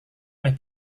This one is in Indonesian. oleh